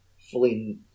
fully